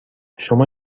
شما